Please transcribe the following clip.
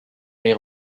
les